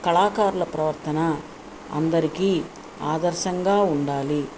కళాకారుల ప్రవర్తన అందరికి ఆదర్శంగా ఉండాలి